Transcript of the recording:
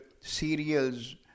cereals